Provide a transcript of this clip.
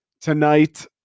tonight